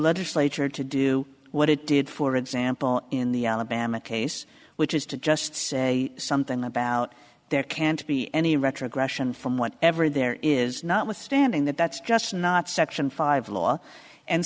legislature to do what it did for example in the alabama case which is to just say something about there can't be any retrogression from what ever there is not withstanding that that's just not section five law and